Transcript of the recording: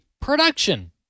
production